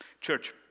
Church